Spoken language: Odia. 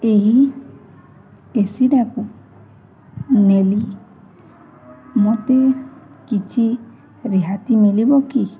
ଏହି ଏସିଟାକୁ ନେଲି ମୋତେ କିଛି ରିହାତି ମିଳିବ କି